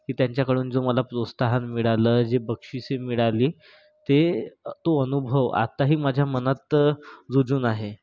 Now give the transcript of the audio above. की त्यांच्याकडून जो मला प्रोत्साहन मिळालं जे बक्षिसी मिळाली ते तो अनुभव आत्ताही माझ्या मनात रुजून आहे